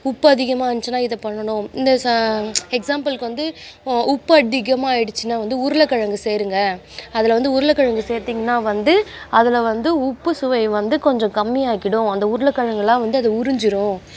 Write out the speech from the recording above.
உப்பு அதிகமாக இருந்துச்சுன்னால் இதை பண்ணணும் இந்த சா எக்ஸாம்பிளுக்கு வந்து உப்பு அதிகமாக ஆகிடுச்சின்னா வந்து உருளக்கிழங்கு சேருங்கள் அதில் வந்து உருளக்கிழங்கு சேர்த்திங்கன்னா வந்து அதில் வந்து உப்பு சுவை வந்து கொஞ்சம் கம்மியாக்கிடும் அந்த உருளக்கிழங்குல்லாம் வந்து அதை உறிஞ்சுரும்